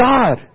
God